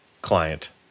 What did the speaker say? client